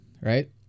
right